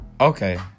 Okay